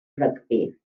rygbi